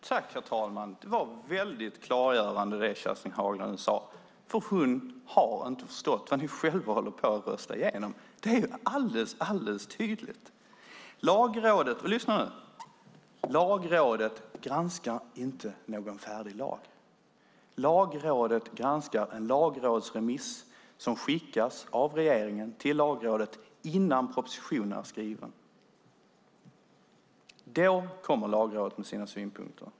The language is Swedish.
Herr talman! Det Kerstin Haglö nu sade var väldigt klargörande. Hon har inte förstått vad hon själv håller på att rösta igenom. Det är alldeles tydligt. Lyssna nu! Lagrådet granskar inte någon färdig lag. Lagrådet granskar en lagrådsremiss som skickas av regeringen till Lagrådet innan propositionen är skriven. Då kommer Lagrådet med sina synpunkter.